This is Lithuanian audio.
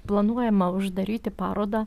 planuojama uždaryti parodą